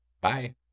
bye